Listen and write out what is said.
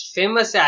famous